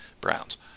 Browns